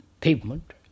pavement